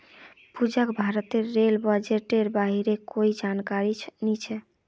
पूजाक भारतेर रेल बजटेर बारेत कोई जानकारी नी छ